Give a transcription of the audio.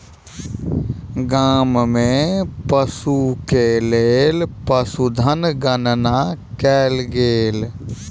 गाम में पशु के लेल पशुधन गणना कयल गेल